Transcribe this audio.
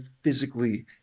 physically